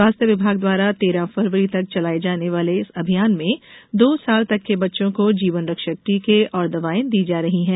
स्वास्थ्य विभाग द्वारा तेरह फरवरी तक चलाये जाने वाले इस अभियान में दो साल तक के बच्चों को जीवनरक्षक टीके और दवायें दी जा रही हैं